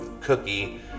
cookie